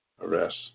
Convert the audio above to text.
arrest